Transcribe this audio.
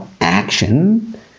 action